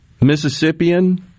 Mississippian